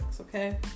okay